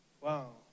Wow